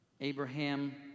Abraham